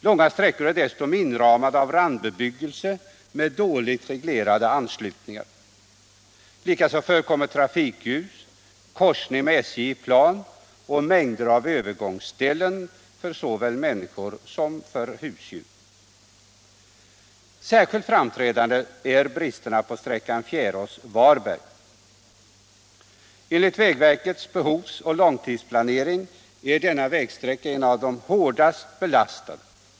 Långa sträckor är dessutom inramade av randbebyggelse med dåligt reglerade anslutningar. Likaså förekommer trafikljus, korsning med SJ i plan och mängder av övergångsställen för såväl människor som husdjur. Särskilt framträdande är bristerna på sträckan Fjärås-Varberg. Enligt vägverkets behovs och långtidsplanering är denna vägsträcka en av de hårdast belastade.